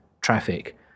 traffic